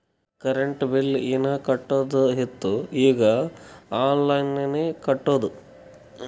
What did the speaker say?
current bill ಹೀನಾ ಕಟ್ಟದು ಇತ್ತು ಈಗ ಆನ್ಲೈನ್ಲೆ ಕಟ್ಟುದ